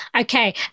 Okay